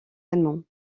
allemands